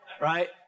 Right